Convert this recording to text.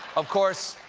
of course,